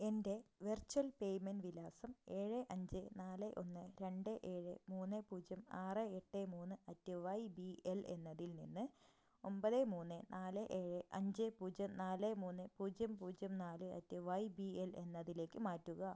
എൻ്റെ virtual payment വിലാസം ഏഴ് അഞ്ച് നാല് ഒന്ന് രണ്ട് ഏഴ് മൂന്ന് പൂജ്യം ആറ് എട്ട് മൂന്ന് അറ്റ് വൈ ബി എൽ എന്നതിൽ നിന്ന് ഒമ്പത് മൂന്ന് നാല് ഏഴ് അഞ്ച് പൂജ്യം നാല് മൂന്ന് പൂജ്യം പൂജ്യം നാല് അറ്റ് വൈ ബി എൽ എന്നതിലേക്ക് മാറ്റുക